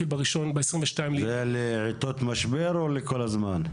זה לעתות משבר או לכל הזמן?